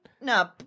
No